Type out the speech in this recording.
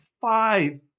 five